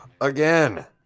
again